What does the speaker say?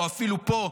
או אפילו פה,